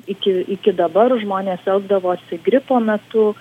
iki iki dabar žmonės elgdavosi gripo metu